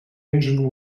engine